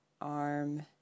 arm